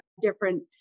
different